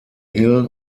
hill